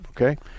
Okay